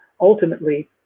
Ultimately